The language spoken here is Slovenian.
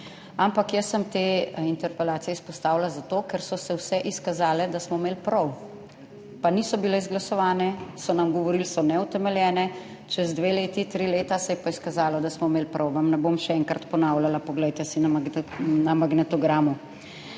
ampak jaz sem te interpelacije izpostavila zato, ker so se vse izkazale, da smo imeli prav. Pa niso bile izglasovane. So nam govorili, so neutemeljene, čez dve leti, tri leta se je pa izkazalo, da smo imeli prav, vam ne bom še enkrat ponavljala, poglejte si na magnetogramu.